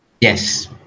Yes